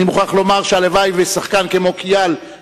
אני מוכרח לומר שהלוואי ששחקן כמו כיאל,